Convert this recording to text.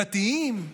דתיים,